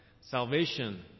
salvation